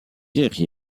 guerre